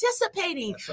participating